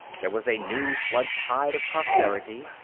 there was a new flood-tide of prosperity,